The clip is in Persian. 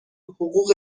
حقوق